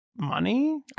Money